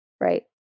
Right